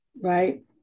Right